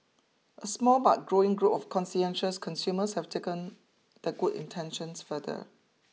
a small but growing group of conscientious consumers have taken their good intentions further